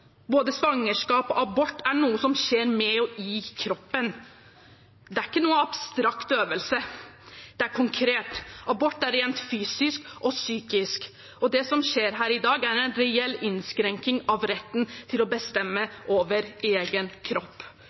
Både svangerskap og abort er noe som skjer med og i kroppen. Det er ingen abstrakt øvelse. Det er konkret. Abort er noe rent fysisk og psykisk. Og det som skjer her i dag, er en reell innskrenking av retten til å bestemme over egen kropp.